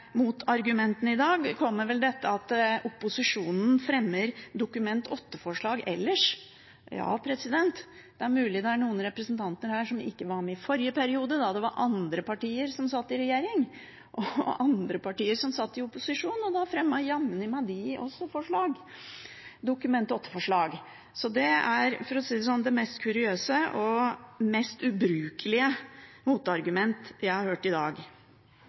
i dag er dette at opposisjonen fremmer Dokument 8-forslag ellers. Ja, det er mulig det er noen representanter her som ikke var med i forrige periode, da det var andre partier som satt i regjering, og andre partier som satt i opposisjon – og da fremmet jammen meg de også Dokument 8-forslag. Så det er det mest kuriøse, for å si det sånn, og det mest ubrukelige motargumentet jeg har hørt i dag.